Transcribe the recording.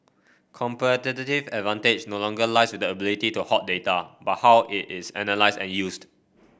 competitive advantage no longer lies with the ability to hoard data but how it is analysed and used